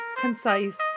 concise